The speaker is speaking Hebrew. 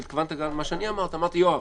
אבל התכוונת גם למה שאני אמרתי: יואב,